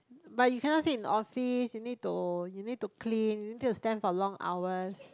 but you cannot stay in office you need to you need to clean need to stand for long hours